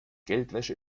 geldwäsche